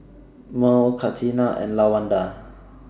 Mearl Catina and Lawanda